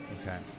okay